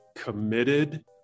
committed